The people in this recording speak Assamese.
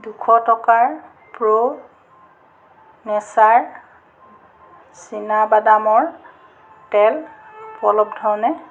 দুশ টকাৰ প্ৰো নেচাৰ চীনাবাদামৰ তেল উপলব্ধনে